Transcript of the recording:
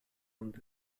und